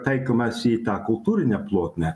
taikomasi į tą kultūrinę plotmę